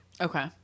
okay